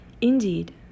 Indeed